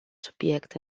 subiect